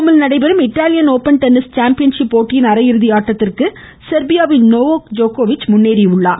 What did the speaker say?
ரோமில் நடைபெறும் Italian Open tennis championship போட்டியின் அரையிறுதி ஆட்டத்திற்கு செர்பியாவின் நோவாக் ஜோகோவிச் முன்னேறியுள்ளார்